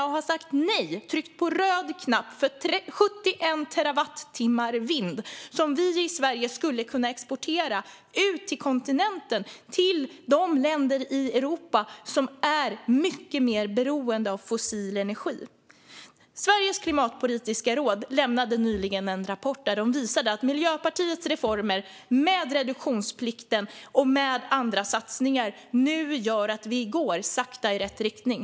Jo, man har sagt nej till och tryckt på röd knapp för 71 terawattimmar vindkraft som vi i Sverige skulle kunna exportera till kontinenten till de länder i Europa som är mycket mer beroende av fossil energi. Klimatpolitiska rådet lämnade nyligen en rapport där de visade att Miljöpartiets reformer med reduktionsplikten och andra satsningar nu gör att vi sakta går i rätt riktning.